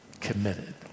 committed